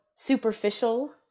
superficial